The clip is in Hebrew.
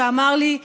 שאמר לי: